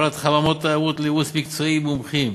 הפעלת חממות תיירות לייעוץ מקצועי ממומחים,